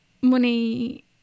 money